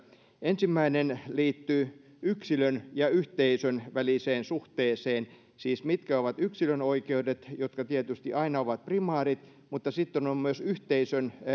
ensimmäinen liittyy yksilön ja yhteisön väliseen suhteeseen siis mitkä ovat yksilön oikeudet jotka tietysti aina ovat primaarit mutta sitten on myös yhteisön